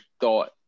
thought